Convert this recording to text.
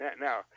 Now